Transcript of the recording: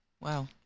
Wow